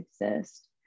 exist